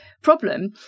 problem